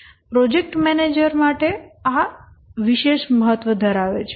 project manager માટે આ વિશેષ મહત્વ ધરાવે છે